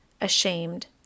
ashamed